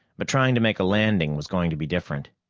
but trying to make a landing was going to be different.